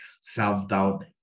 self-doubt